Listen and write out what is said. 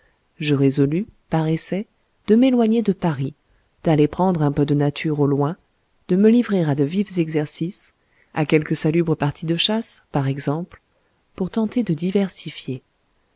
je résolus par essai de m'éloigner de paris d'aller prendre un peu de nature au loin de me livrer à de vifs exercices à quelques salubres parties de chasse par exemple pour tenter de diversifier